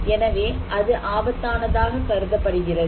எனவே அது ஆபத்தானதாக கருதப்படுகிறது